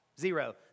Zero